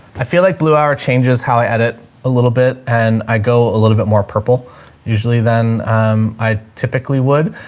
i feel like blue hour changes how i edit a little bit and i go a little bit more purple usually. then um i typically would,